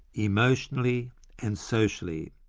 emotionally and socially.